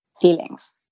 feelings